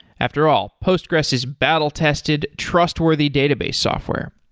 after all, postgres is battle tested, trustworthy database software,